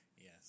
Yes